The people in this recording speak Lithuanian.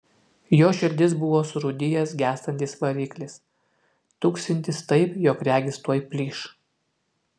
jo širdis buvo surūdijęs gęstantis variklis tuksintis taip jog regis tuoj plyš